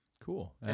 Cool